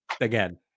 again